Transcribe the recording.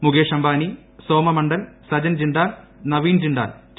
Mukesh Ambani Soma Mandal Sajjan Jindal Naveen Jindal T